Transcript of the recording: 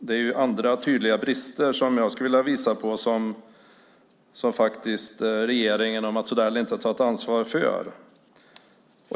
Jag skulle vilja visa på några tydliga brister som regeringen och Mats Odell inte tagit ansvar för.